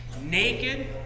naked